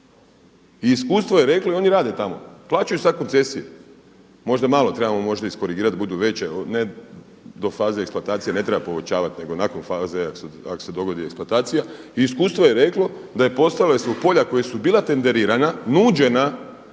i iskustvo je reklo i oni rade tamo, plaćaju sada koncesije. Možda malo trebamo iz korigirat da budu veće, ne do faze eksploatacije ne treba povećavati nego nakon faze ako se dogodi eksploatacija, i iskustvo je reklo da postojalo ispod polja koja su bila tenderirana nuđena